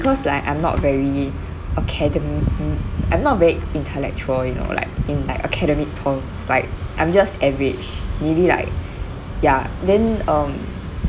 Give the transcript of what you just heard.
because like I'm not very academic mm I'm not very intellectual you know like in like academic terms like I'm just average maybe like ya then um